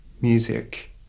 music